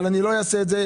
אבל אני לא אעשה את זה.